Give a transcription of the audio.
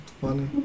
funny